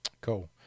Cool